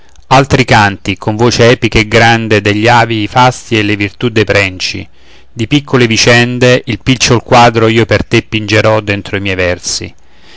altri canti con voce epica e grande degli avi i fasti e le virtù dei prenci di piccole vicende il picciol quadro io per te pingerò dentro i miei versi